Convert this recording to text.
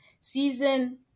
Season